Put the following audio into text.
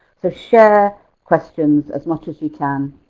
so share questions as much as you can,